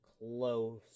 close